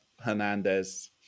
Hernandez